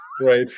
Right